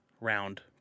round